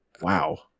Wow